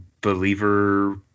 believer